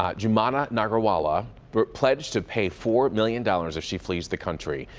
um jumana nagarwala but pledged to pay four million dollars if she pleas the country.